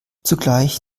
zugleich